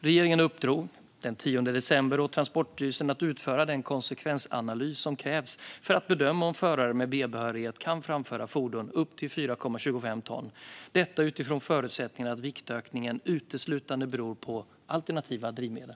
Regeringen uppdrog den 10 december åt Transportstyrelsen att utföra den konsekvensanalys som krävs för att bedöma om förare med B-behörighet kan framföra fordon upp till 4,25 ton - detta utifrån förutsättningen att viktökningen uteslutande beror på alternativa drivmedel.